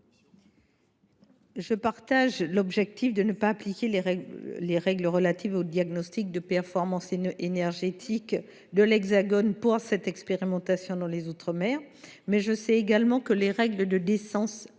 ma chère collègue, de ne pas appliquer les règles relatives au diagnostic de performance énergétique de l’Hexagone pour cette expérimentation dans les outre mer. Mais je sais également que les règles de décence